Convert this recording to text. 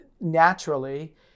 naturally